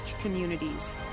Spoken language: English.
communities